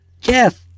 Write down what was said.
Jeff